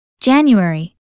January